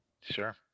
sure